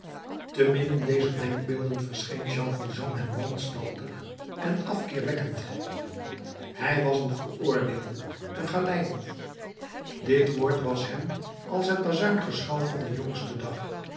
te midden dezer denkbeelden verscheen jean valjean hem wanstaltig en afkeerwekkend hij was een veroordeelde een galeiboef dit woord was hem als het bazuingeschal van den jongsten dag